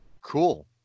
Cool